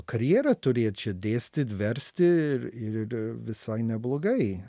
karjerą turėt čia dėstyt versti ir ir visai neblogai